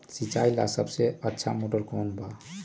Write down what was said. सिंचाई ला सबसे अच्छा मोटर कौन बा?